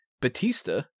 Batista